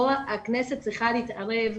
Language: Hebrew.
כאן הכנסת צריכה להתערב.